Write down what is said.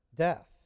death